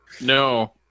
No